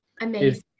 amazing